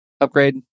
upgrade